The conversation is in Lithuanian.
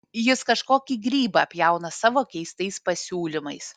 jis kažkokį grybą pjauna su savo keistais pasiūlymais